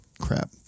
Crap